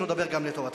שלא לדבר שגם לטובתכם.